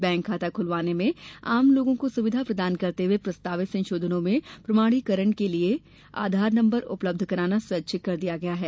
bank खाता खूलवाने में आम लोगों को सुविधा प्रदान करते हुए प्रस्तावित संशोधनों में प्रमाणीकरण हेतु आधार नम्बर उपलब्ध कराना स्वैच्छिक कर दिया गया है